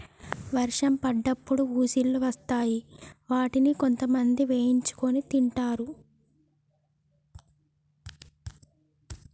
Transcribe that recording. వర్షం పడ్డప్పుడు ఉసుల్లు వస్తాయ్ వాటిని కొంతమంది వేయించుకొని తింటరు